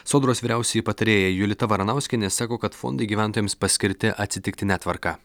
sodros vyriausioji patarėja julita varanauskienė sako kad fondai gyventojams paskirti atsitiktine tvarka